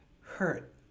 hurt